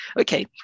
Okay